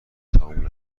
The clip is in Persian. تموم